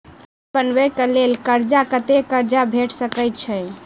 घर बनबे कऽ लेल कर्जा कत्ते कर्जा भेट सकय छई?